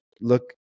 look